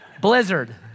Blizzard